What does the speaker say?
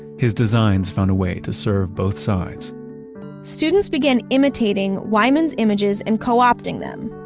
his designs found a way to serve both sides students began imitating wyman's images and co-opting them.